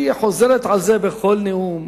היא חוזרת על זה בכל נאום.